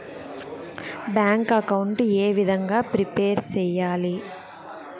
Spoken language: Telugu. బ్యాంకు అకౌంట్ ఏ విధంగా ప్రిపేర్ సెయ్యాలి?